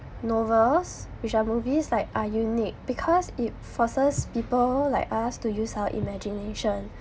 novels which are movies like are unique because it forces people like us to use our imagination